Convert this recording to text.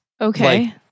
Okay